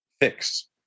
fix